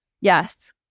Yes